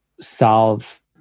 solve